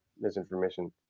misinformation